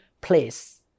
place